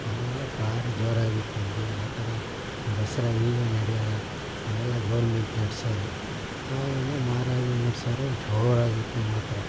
ಆವಾಗೆಲ್ಲ ಭಾರಿ ಜೋರಾಗಿತ್ತು ಬಿಡಿ ಆ ಥರ ದಸರಾ ಈಗ ನಡೆಯಲ್ಲ ಈಗೆಲ್ಲ ಗೌರ್ಮೆಂಟ್ ನಡೆಸೋದು ಆಗಂದ್ರೆ ಮಹಾರಾಜರು ನಡ್ಸೋರು ಜೋರಾಗಿತ್ತು ಮಾತ್ರ